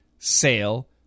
Sale